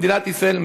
במדינת ישראל,